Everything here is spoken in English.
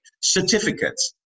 certificates